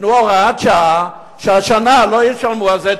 תיתנו הוראת שעה שהשנה לא ישלמו על זה,